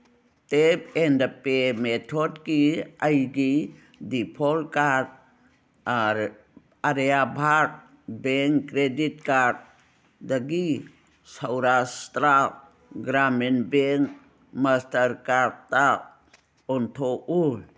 tap and pay ꯃꯦꯊꯣꯠꯀꯤ ꯑꯩꯒꯤ default card Aryavart bank credit ꯀꯥꯔꯠꯗꯒꯤ ꯁꯧꯔꯥꯁꯇ꯭ꯔꯥ ꯒ꯭ꯔꯥꯃꯤꯟ ꯕꯦꯡ ꯃꯁꯇꯔ ꯀꯥꯔꯠꯇ ꯑꯣꯟꯊꯣꯛꯎ